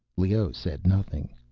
leoh said nothing.